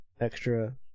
extra